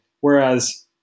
whereas